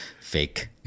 fake